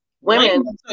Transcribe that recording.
Women